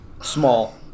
Small